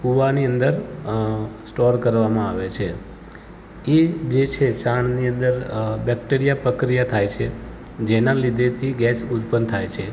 કૂવાની અંદર અ સ્ટોર કરવામાં આવે છે એ જે છે છાણની અંદર બૅક્ટેરિયા પ્રક્રિયા થાય છે જેનાં લીધેથી ગેસ ઉત્પન્ન થાય છે